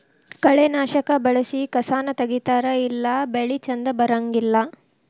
ಕಳೆನಾಶಕಾ ಬಳಸಿ ಕಸಾನ ತಗಿತಾರ ಇಲ್ಲಾ ಬೆಳಿ ಚಂದ ಬರಂಗಿಲ್ಲಾ